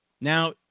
Now